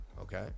okay